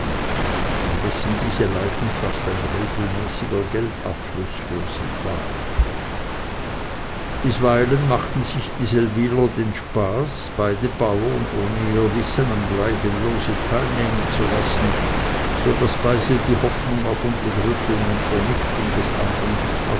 indessen diese leidenschaft ein regelmäßiger geldabfluß für sie war bisweilen machten sich die seldwyler den spaß beide bauern ohne ihr wissen am gleichen lose teilnehmen zu lassen so daß beide die hoffnung auf unterdrückung und vernichtung des andern